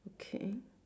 okay